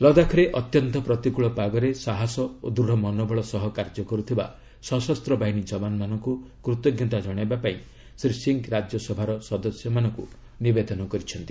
ଲଦାଖରେ ଅତ୍ୟନ୍ତ ପ୍ରତିକୂଳ ପାଗରେ ସାହସ ଓ ଦୂଢ଼ ମନୋବଳ ସହ କାର୍ଯ୍ୟ କରୁଥିବା ସଶସ୍ତ ବାହିନୀ ଯବାନମାନଙ୍କୁ କୃତଜ୍ଞତା ଜଣାଇବା ପାଇଁ ଶ୍ରୀ ସିଂ ରାଜ୍ୟସଭାର ସଦସ୍ୟମାନଙ୍କୁ ନିବେଦନ କରିଛନ୍ତି